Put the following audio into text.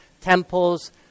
temples